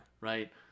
Right